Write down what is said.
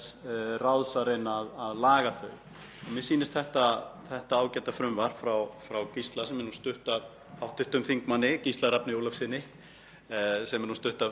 sem er stutt af öðrum þingmönnum hér, sé þess eðlis að það sé til bóta. Það er óþolandi að